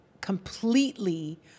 completely